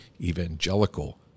Evangelical